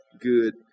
good